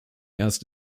erst